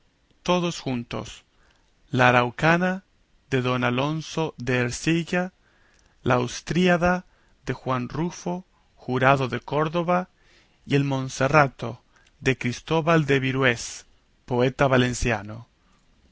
todos juntos la araucana de don alonso de ercilla la austríada de juan rufo jurado de córdoba y el monserrato de cristóbal de virués poeta valenciano